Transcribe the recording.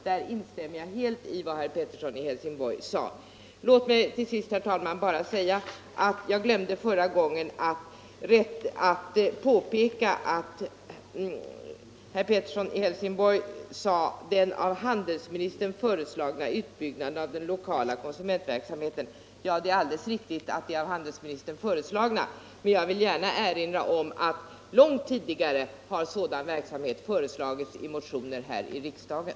Där instämmer jag helt i vad herr Pettersson i Helsingborg sade. Låt mig till sist, herr talman, bara nämna ytterligare en sak som jag glömde förra gången. Herr Pettersson i Helsingborg sade: den av handelsministern föreslagna utbyggnaden av den lokala konsumentverksamheten. Det är alldeles riktigt att det är den av handelsministern föreslagna, men jag vill gärna erinra om att sådan verksamhet redan långt tidigare har föreslagits i motioner här i riksdagen.